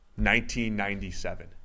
1997